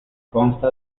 consta